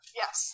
yes